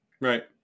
right